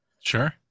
sure